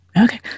Okay